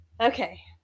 Okay